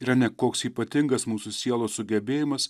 yra ne koks ypatingas mūsų sielos sugebėjimas